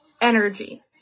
energy